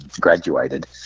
graduated